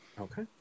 Okay